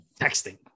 texting